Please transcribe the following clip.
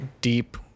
deep